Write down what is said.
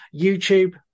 YouTube